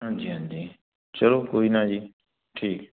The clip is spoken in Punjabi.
ਹਾਂਜੀ ਹਾਂਜੀ ਚਲੋ ਕੋਈ ਨਾ ਜੀ ਠੀਕ